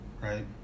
right